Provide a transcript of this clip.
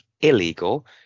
illegal